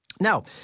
Now